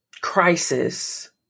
crisis